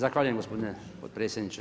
Zahvaljujem gospodine potpredsjedniče.